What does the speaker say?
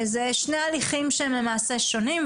זה שני הליכים שהם למעשה שונים,